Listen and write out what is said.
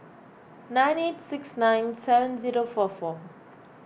nine eight six nine seven zero four four